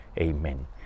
Amen